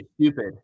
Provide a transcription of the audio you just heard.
stupid